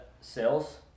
sales